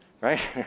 right